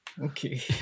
Okay